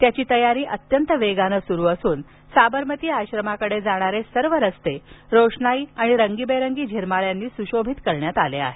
त्याची तयारी अत्यंत वेगाने सुरु असून साबरमती आश्रमाकडे जाणारे सर्व रस्ते रोषणाई आणि रंगीबेरंगी झिरमाळ्यांनी सुशोभित करण्यात आले आहेत